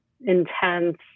intense